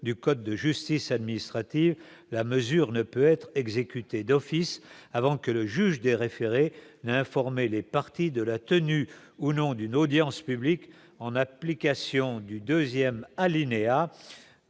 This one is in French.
du code de justice administrative, la mesure ne peut être exécutés d'office avant que le juge des référés mais informer les parties de la tenue ou non d'une audience publique, en application du 2ème alinéa